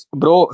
bro